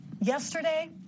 Yesterday